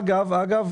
אגב,